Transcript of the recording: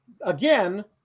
again